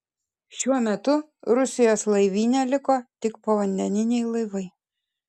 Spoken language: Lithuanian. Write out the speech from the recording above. šiuo metu rusijos laivyne liko tik povandeniniai laivai